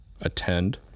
attend